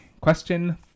Question